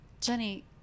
Jenny